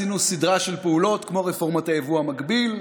עשינו סדרה של פעולות כמו רפורמת הייבוא המקביל,